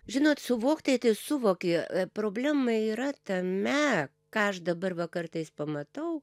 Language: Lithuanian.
žinot suvokti tai suvoki problema yra tame ką aš dabar va kartais pamatau